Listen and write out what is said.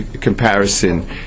comparison